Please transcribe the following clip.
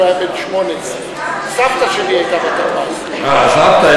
הוא היה בן 18. סבתא שלי הייתה בת 14. הסבתא?